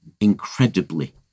incredibly